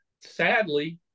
sadly